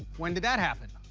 when did that happen?